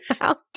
out